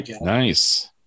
Nice